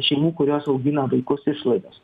šeimų kurios augina vaikus išlaidos